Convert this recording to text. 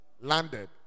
Landed